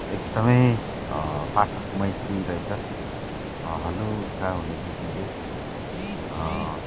एकदमै पाठकमैत्री रहेछ हलुका हुने किसिमले